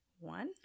one